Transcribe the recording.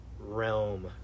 realm